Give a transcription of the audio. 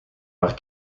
haar